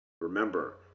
Remember